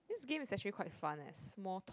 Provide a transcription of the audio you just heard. this game is actually quite fun eh small talk